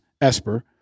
Esper